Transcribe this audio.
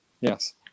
yes